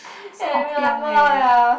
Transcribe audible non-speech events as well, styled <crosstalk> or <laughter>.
<breath> so obiang eh